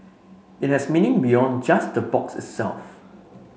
it has meaning beyond just the box itself